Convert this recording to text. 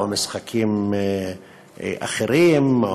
או משחקים אחרים,